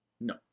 No